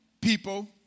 people